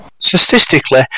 Statistically